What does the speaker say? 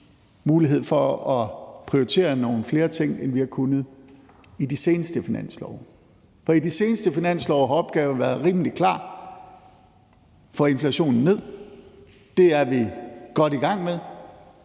muligheden for at prioritere nogle flere ting, end vi har kunnet i de seneste finanslove. For i de seneste finanslove har opgaven været rimelig klar: at få inflationen ned. Det er vi godt i gang med,